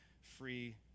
free